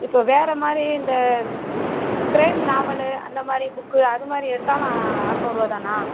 இப்போ வேறு மாரி இந்த க்ரைம் நாவலு அந்த மாதிரி புக்கு அது மாதிரி எடுத்தாலும் அறநூறுரூவா தானா